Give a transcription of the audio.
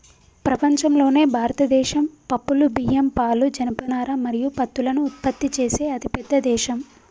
ప్రపంచంలోనే భారతదేశం పప్పులు, బియ్యం, పాలు, జనపనార మరియు పత్తులను ఉత్పత్తి చేసే అతిపెద్ద దేశం